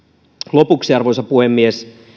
lopuksi arvoisa puhemies